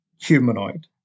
humanoid